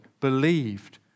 believed